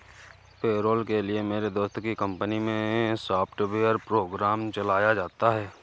payroll के लिए मेरे दोस्त की कंपनी मै सॉफ्टवेयर प्रोग्राम चलाया जाता है